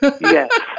Yes